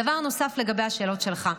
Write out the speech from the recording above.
דבר נוסף לגבי השאלות שלך.